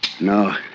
No